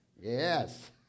Yes